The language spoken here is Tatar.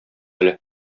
әле